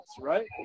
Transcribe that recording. right